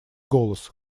голос